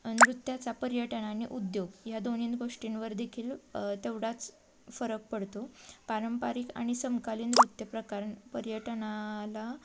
नृत्याचा पर्यटन आणि उद्योग या दोन्हीं गोष्टींवर देखील तेवढाच फरक पडतो पारंपरिक आणि समकालीन नृत्यप्रकार पर्यटनाला